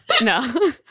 No